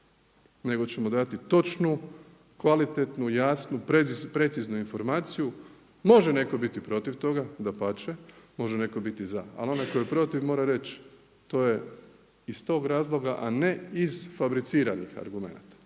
nego ćemo dati točnu, kvalitetnu, jasnu, preciznu informaciju. Može netko biti protiv toga, dapače, može netko biti za ali onaj koji je protiv mora reći to je iz tog razloga a ne iz fabriciranih argumenata.